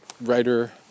Writer